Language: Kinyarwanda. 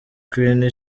queen